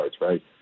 right